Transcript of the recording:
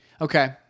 Okay